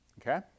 Okay